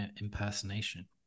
impersonation